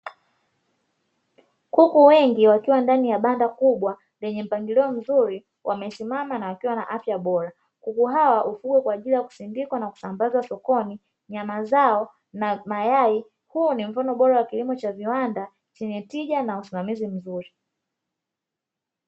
Kuku wengi wakiwa ndani ya banda kubwa lenye mpangilio mzuri wamesimama na wakiwa na afya bora. Kuku hawa kufugwa kwa ajili ya kusindikwa na kusambazwa sokoni nyama zao na mayai. Huu ni mfano bora wa kilimo cha viwanda chenye tija na usimamizi mzuri.